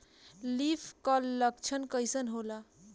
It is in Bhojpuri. लीफ कल लक्षण कइसन होला?